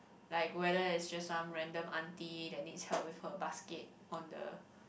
like whether it's just some random aunty that needs help with her basket on the